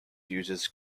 uses